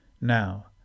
Now